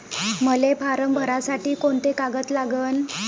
मले फारम भरासाठी कोंते कागद लागन?